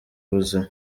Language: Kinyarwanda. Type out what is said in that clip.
buzima